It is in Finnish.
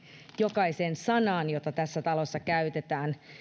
jokaiseen sanaan mitä tässä talossa käytetään